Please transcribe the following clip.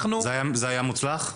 זה היה פרויקט מוצלח?